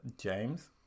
James